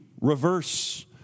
reverse